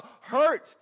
hurt